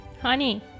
Honey